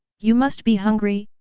you must be hungry,